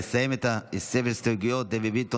נסיים את סבב ההסתייגויות: דבי ביטון,